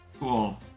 Cool